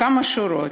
כמה שורות: